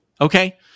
okay